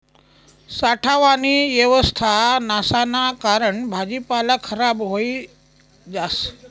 साठावानी येवस्था नसाना कारण भाजीपाला खराब व्हयी जास